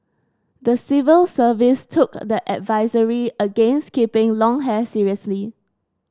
the civil service took the advisory against keeping long hair seriously